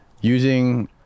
Using